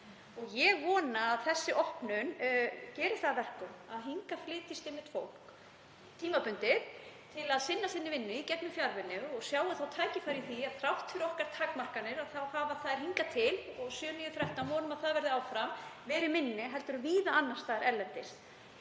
Ég vona að þessi opnun geri það að verkum að hingað flytjist fólk tímabundið til að sinna sinni vinnu í gegnum fjarvinnu og sjái tækifæri í því, því að þrátt fyrir okkar takmarkanir hafa þær hingað til — 7, 9, 13, vonum að það verði áfram — verið minni en víða annars staðar erlendis.